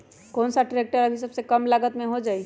कौन सा ट्रैक्टर अभी सबसे कम लागत में हो जाइ?